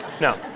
No